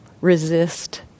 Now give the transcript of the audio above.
resist